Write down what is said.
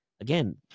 again